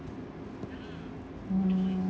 mm